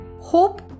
Hope